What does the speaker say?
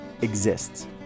exists